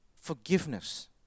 forgiveness